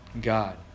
God